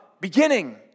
beginning